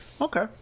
Okay